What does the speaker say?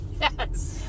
Yes